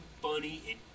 funny